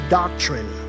doctrine